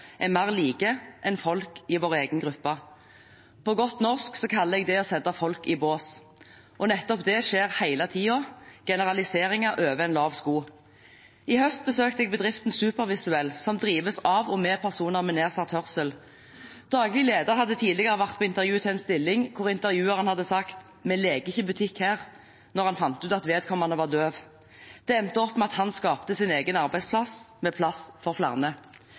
er mer like enn folk i vår egen gruppe. På godt norsk kaller jeg det å sette folk i bås. Og nettopp det skjer hele tiden – generaliseringer, over en lav sko. I høst besøkte jeg bedriften Supervisuell, som drives av og med personer med nedsatt hørsel. Daglig leder hadde tidligere vært på intervju til en stilling hvor intervjueren hadde sagt at de ikke lekte butikk der, da han fant ut at vedkommende var døv. Det endte med at han skapte sin egen arbeidsplass, med plass for